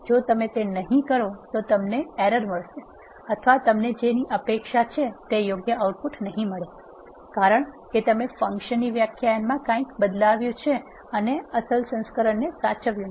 જો તમે તે ન કરો તો તમને ભૂલ મળશે અથવા તમને જેની અપેક્ષા છે તે યોગ્ય આઉટપુટ નહીં મળે કારણ કે તમે ફંક્શનની વ્યાખ્યામાં કંઈક બદલાવ્યું છે અને અસલ સંસ્કરણને સાચવ્યું નથી